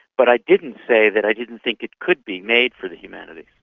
but i didn't say that i didn't think it could be made for the humanities,